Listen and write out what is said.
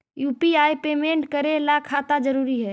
UPI payment करे ला खाता जरूरी है?